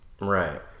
right